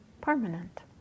permanent